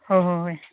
ꯍꯣ ꯍꯣꯏ ꯍꯣꯏ